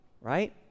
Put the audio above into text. right